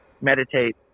meditate